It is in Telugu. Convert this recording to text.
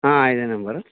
ఇదే నెంబరు